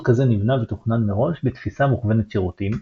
כזה נבנה ותכנן מראש בתפיסה מוכוונת שירותים.